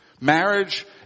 Marriage